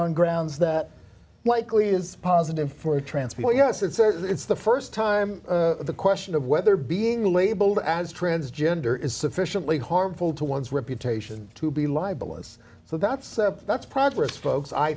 on grounds that likely is positive for a transplant yes it's the st time the question of whether being labeled as transgender is sufficiently harmful to one's reputation to be libelous so that's that's progress folks i